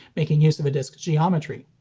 making use of a disc's geometry.